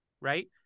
right